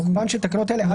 תוקפן של תקנות אלה.